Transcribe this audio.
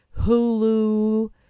Hulu